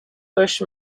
busch